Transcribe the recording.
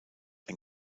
ein